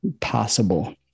possible